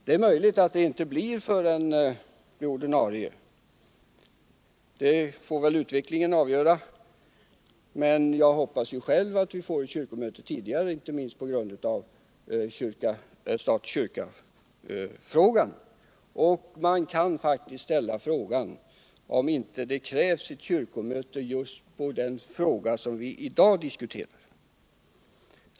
Det är möjligt att det inte sker förrän till nästa ordinarie kyrkomöte — det tår väl utvecklingen avgöra — men jag hoppas själv att vi får ett kyrkomöte tidigare, inte minst på grund av stat-kyrka-problematiken. Man kan faktiskt också ställa frågan om inte det krävs ett kyrkomöte med anledning av den fråga som vi i dag diskuterar.